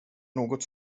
något